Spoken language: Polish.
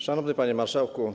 Szanowny Panie Marszałku!